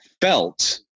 felt